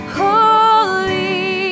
holy